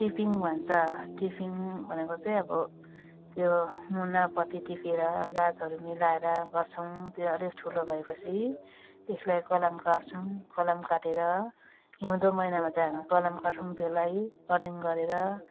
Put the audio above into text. tipping भन्छ tipping भनेको चाहिँ अब त्यो मुना पत्ती टिपेर गाछहरू मिलाएर गर्छौँ त्यो अलिक ठुलो भए पछि त्यसलाई कलम काट्छौँ कलम काटेर हिउँदो महिनामा चाहिँ हामी कलम काट्छौँ त्यसलाई कटिङ गरेर